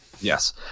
Yes